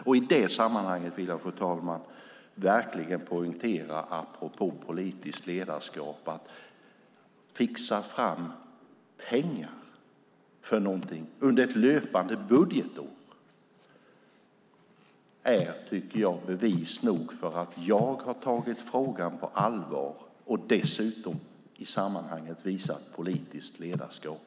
Apropå politiskt ledarskap vill jag poängtera att detta att vi har fixat fram pengar för någonting under ett löpande budgetår är bevis nog för att jag har tagit frågan på allvar och i sammanhanget visat politiskt ledarskap.